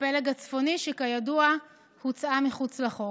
שכידוע הוצא מחוץ לחוק.